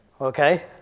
Okay